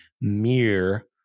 mere